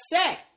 say